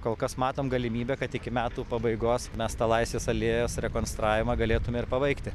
kol kas matom galimybę kad iki metų pabaigos mes tą laisvės alėjos rekonstravimą galėtume ir pabaigti